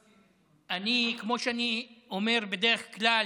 אני, כמו שאני אומר בדרך כלל,